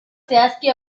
zehazki